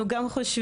אנחנו גם חושבים.